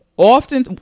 often